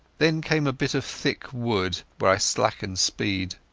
then came a bit of thick wood where i slackened speed.